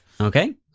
Okay